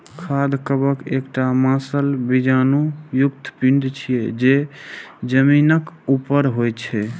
खाद्य कवक एकटा मांसल बीजाणु युक्त पिंड छियै, जे जमीनक ऊपर होइ छै